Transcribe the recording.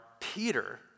Peter